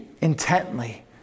intently